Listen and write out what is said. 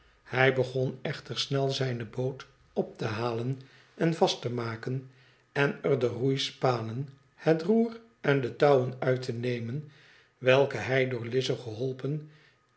hij begon echter snel zijne boot op te halen en vast te maken en er de roeispanen het roer en de touwen uit te nemen welke hij door lize geholpen